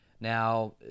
Now